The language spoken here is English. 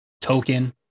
token